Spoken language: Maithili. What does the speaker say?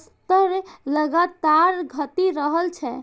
स्तर लगातार घटि रहल छै